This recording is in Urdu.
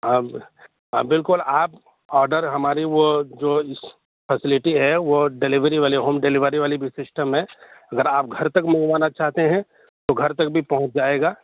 اب بالکل آپ آڈر ہماری وہ جو فیسلٹی ہے وہ ڈلیوری والی ہوم ڈلیوری والی جو سسٹم ہے اگر آپ گھر تک منگوانا چاہتے ہیں تو گھر تک بھی پہنچ جائے گا